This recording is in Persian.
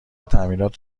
تعمیرات